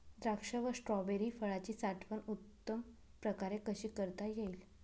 द्राक्ष व स्ट्रॉबेरी फळाची साठवण उत्तम प्रकारे कशी करता येईल?